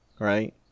Right